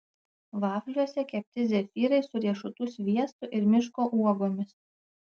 vafliuose kepti zefyrai su riešutų sviestu ir miško uogomis